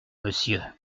monsieur